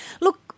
Look